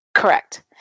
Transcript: Correct